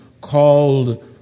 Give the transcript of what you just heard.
called